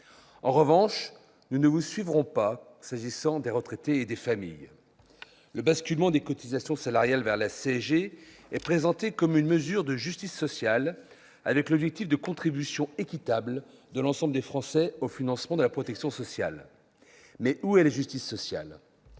En revanche, nous ne vous suivrons pas pour ce qui concerne les retraités et les familles. Le basculement des cotisations salariales vers la CSG est présenté comme une mesure de « justice sociale [...] avec l'objectif d'une contribution équitable de l'ensemble des Français au financement de la protection sociale ». Mais où est la justice sociale ?